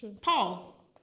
Paul